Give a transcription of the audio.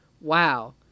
wow